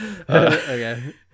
Okay